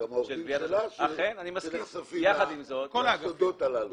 גם העובדים שלה שנחשפים לסודות הללו.